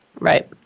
Right